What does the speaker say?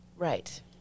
Right